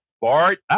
Bart